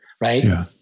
right